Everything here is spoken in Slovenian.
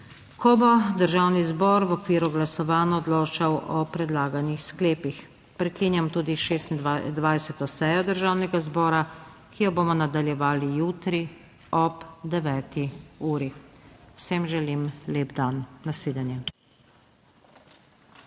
ko bo Državni zbor v okviru glasovanj odločal o predlaganih sklepih. Prekinjam tudi 26. sejo Državnega zbora, ki jo bomo nadaljevali jutri ob 9. uri. Vsem želim lep dan. Nasvidenje!